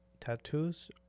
tattoos